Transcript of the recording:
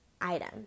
item